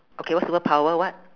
okay what's the word power what